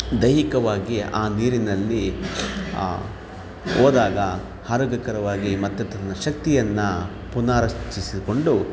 ದೈಹಿಕವಾಗಿ ಆ ನೀರಿನಲ್ಲಿ ಹೋದಾಗ ಆರೋಗ್ಯಕರವಾಗಿ ಮತ್ತೆ ತನ್ನ ಶಕ್ತಿಯನ್ನ ಪುನಃ ರಚಿಸಿಕೊಂಡು